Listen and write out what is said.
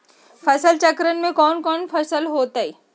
फसल चक्रण में कौन कौन फसल हो ताई?